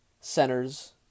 centers